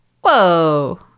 whoa